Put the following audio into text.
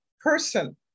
person